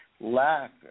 lack